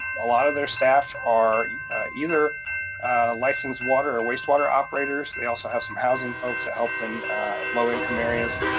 a lot of their staff are either licensed water or wastewater operators. they also have some housing folks that help in low income areas,